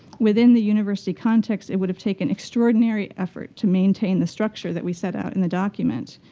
within the university context, it would have taken extraordinary effort to maintain the structure that we set out in the document.